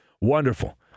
Wonderful